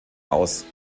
aus